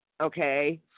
Okay